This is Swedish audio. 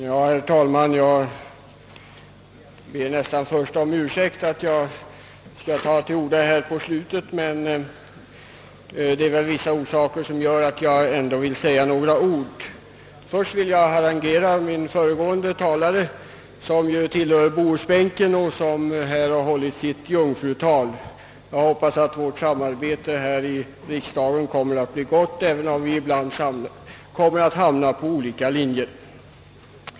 Herr talman! Jag ber nästan om ursäkt för att jag tar till orda på slutet av denna debatt, men vissa skäl gör att jag ändå vill yttra mig. Först vill jag harangera den föregående talaren, som ju tillhör bohuslänsbänken och som har hållit sitt jungfrutal. Jag hoppas att vårt samarbete här i riksdagen kommer att bli gott, även om vi ibland kanske kommer att hamna på olika linjer.